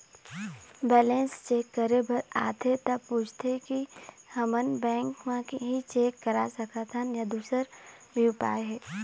Balance check करे बर आथे ता पूछथें की हमन बैंक मा ही चेक करा सकथन या दुसर भी उपाय हे?